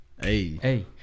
Hey